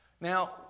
Now